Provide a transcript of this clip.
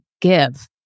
give